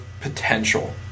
potential